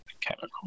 Chemical